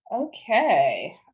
Okay